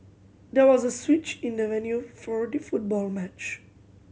there was a switch in the venue for the football match